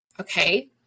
Okay